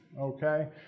Okay